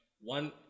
One